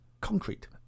concrete